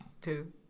two